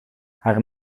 haar